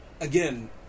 Again